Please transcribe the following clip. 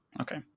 Okay